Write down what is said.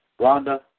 Rhonda